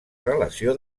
relació